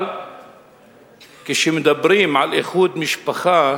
אבל כשמדברים על איחוד משפחה